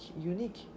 unique